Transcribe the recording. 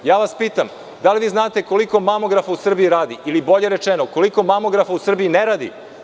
Pitam vas – da li vi znate koliko mamografa u Srbiji radi ili, bolje rečeno, koliko mamografa u Srbiji ne radi?